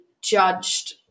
judged